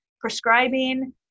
prescribing